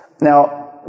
Now